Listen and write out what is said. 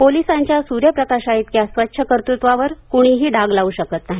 पोलिसांच्या सूर्यप्रकाशा इतक्या स्वच्छ कर्तेत्वावर कूणीही डाग लाव् शकत नाही